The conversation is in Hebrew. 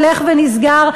הולך ונסגר,